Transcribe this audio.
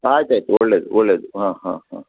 ಆಯ್ತು ಆಯ್ತು ಒಳ್ಳೆಯದು ಒಳ್ಳೆಯದು ಹಾಂ ಹಾಂ ಹಾಂ